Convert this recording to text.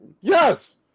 Yes